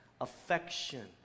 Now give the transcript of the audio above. affection